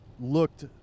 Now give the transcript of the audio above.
looked